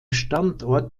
standort